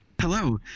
Hello